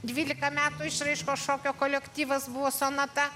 dvylika metų išraiškos šokio kolektyvas buvo sonata